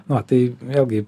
na tai vėlgi